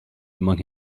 among